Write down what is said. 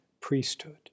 priesthood